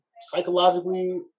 psychologically